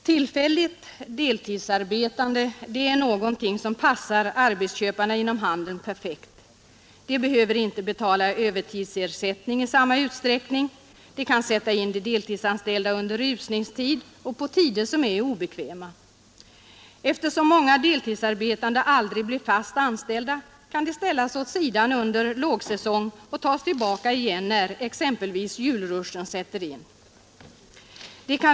Tillfälligt deltidsarbete är någonting som passar arbetsköparna inom handeln perfekt. De behöver inte betala övertidsersättning i samma utsträckning, de kan sätta in de deltidsanställda under rusningstid och på tider som är obekväma. Eftersom många deltidsarbetande aldrig blir fast anställda kan de skjutas åt sidan under lågsäsong och tas tillbaka igen exempelvis när julrushen sätter in.